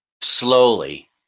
slowly